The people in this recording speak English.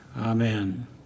amen